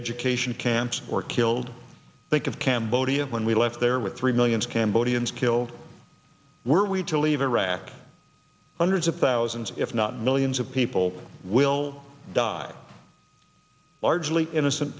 education camps or killed think of cambodia when we left there with three million cambodians killed were we to leave iraq hundreds of thousands if not millions of people will die largely innocent